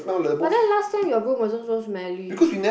but then last sem your room also so smelly